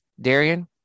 Darian